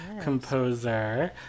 composer